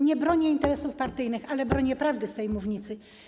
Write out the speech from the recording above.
Nie bronię interesów partyjnych, ale bronię prawdy z tej mównicy.